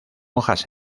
hojas